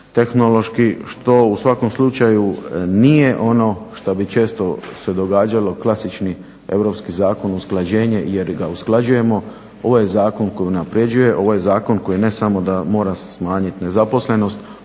tehnološki što u svakom slučaju nije ono što bi često se događalo klasični europski zakon usklađenje jer ga usklađujemo. Ovo je zakon koji unapređuje, ovo je zakon koji ne samo mora se smanjiti nezaposlenost,